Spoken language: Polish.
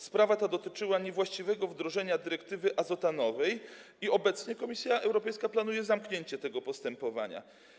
Sprawa ta dotyczyła niewłaściwego wdrożenia dyrektywy azotanowej - obecnie Komisja Europejska planuje zamknięcie tego postępowania.